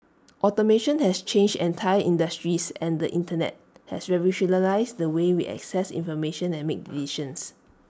automation has changed entire industries and the Internet has revolutionised the way we access information and make decisions